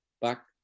back